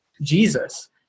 Jesus